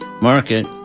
Market